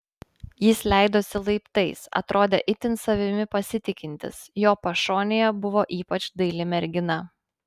jis leidosi laiptais atrodė itin savimi pasitikintis jo pašonėje buvo ypač daili mergina